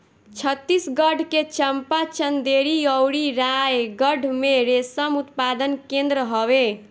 छतीसगढ़ के चंपा, चंदेरी अउरी रायगढ़ में रेशम उत्पादन केंद्र हवे